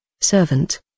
Servant